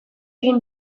egin